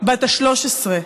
בת ה-13.